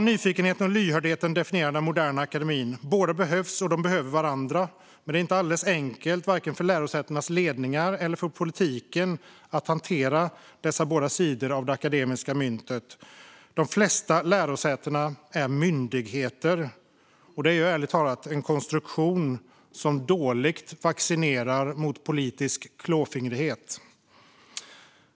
Nyfikenheten och lyhördheten definierar den moderna akademin. Båda behövs, och de behöver varandra. Men det är inte alldeles enkelt vare sig för lärosätenas ledningar eller för politiken att hantera dessa båda sidor av det akademiska myntet. De flesta lärosätena är myndigheter, och detta är ärligt talat en konstruktion som dåligt vaccinerar mot politisk klåfingrighet.